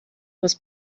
was